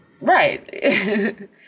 Right